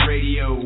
Radio